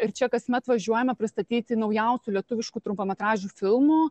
ir čia kasmet važiuojame pristatyti naujausių lietuviškų trumpametražių filmų